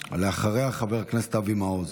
ואחריה, חבר הכנסת אבי מעוז.